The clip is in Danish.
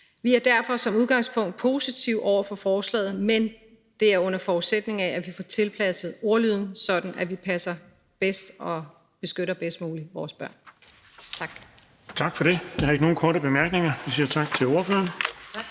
Vi er derfor som udgangspunkt positive over for forslaget. Men det er under forudsætning af, at vi kan tilpasse ordlyden, sådan at vi bedst muligt passer på og beskytter vores børn. Tak.